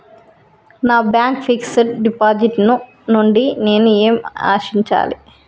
నా bank fixed deposit నుండి నేను ఏమి ఆశించాలి?